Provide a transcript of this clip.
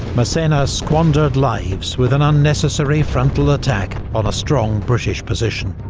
massena squandered lives with an unnecessary frontal attack on a strong british position.